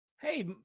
hey